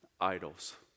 idols